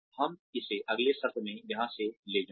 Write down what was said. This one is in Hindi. हम इसे अगले सत्र में यहां से ले जाएंगे